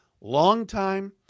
long-time